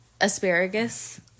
Asparagus